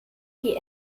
die